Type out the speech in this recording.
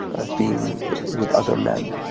of being with other men,